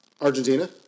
Argentina